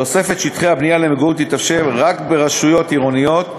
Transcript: תוספת שטחי הבנייה למגורים תתאפשר רק ברשויות עירוניות,